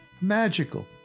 magical